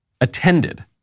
attended